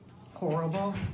horrible